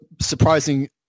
surprising